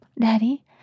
Daddy